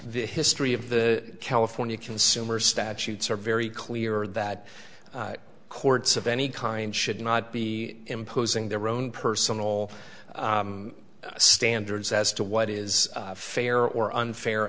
the history of the california consumer statutes are very clear that courts of any kind should not be imposing their own personal standards as to what is fair or unfair